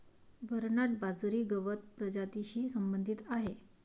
Bernard बाजरी गवत प्रजातीशी संबंधित आहे